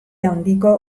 handiko